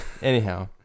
anyhow